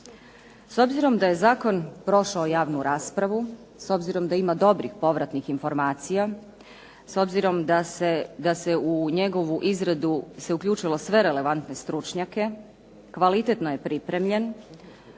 S obzirom da je Zakon prošao javnu raspravu, s obzirom da ima dobrih povratnih informacija, s obzirom da se u njegovu izradu uključilo sve relevantne stručnjake, kvalitetno je pripremljen